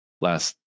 last